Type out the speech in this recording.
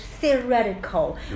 theoretical